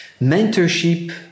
Mentorship